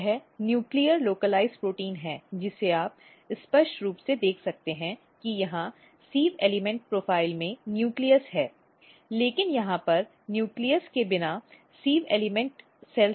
तो यह नाभिकीय स्थानीयकृत प्रोटीन है जिसे आप स्पष्ट रूप से देख सकते हैं कि यहाँ सिव़ एलिमेंट प्रोफ़ाइल में नाभिक है लेकिन यहाँ पर नाभिक के बिना सिव़ एलिमेंट कोशिकाएँ हैं